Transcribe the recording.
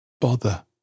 Bother